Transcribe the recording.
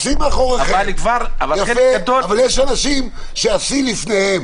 אבל יש אנשים שהשיא לפניהם,